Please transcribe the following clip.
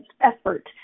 effort